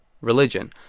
religion